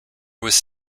was